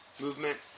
movement